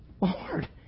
Lord